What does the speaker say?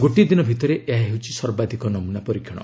ଗୋଟିଏ ଦିନ ଭିତରେ ଏହା ହେଉଛି ସର୍ବାଧିକ ନମୁନା ପରୀକ୍ଷଣ